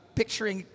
picturing